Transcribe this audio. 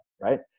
right